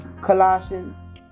Colossians